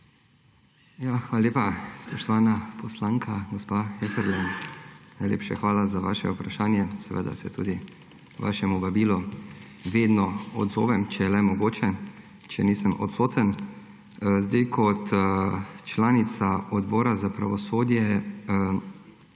Hvala lepa, spoštovana poslanka, gospa Heferle! Najlepša hvala za vaše vprašanje. Seveda se tudi vašemu vabilu vedno odzovem, če je le mogoče, če nisem odsoten. Kot članica Odbora za pravosodje